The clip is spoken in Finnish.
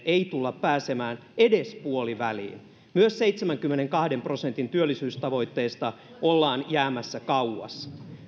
ei tulla pääsemään edes puoliväliin myös seitsemänkymmenenkahden prosentin työllisyystavoitteesta ollaan jäämässä kauas